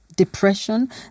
Depression